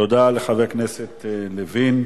תודה, תודה לחבר הכנסת לוין.